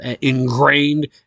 ingrained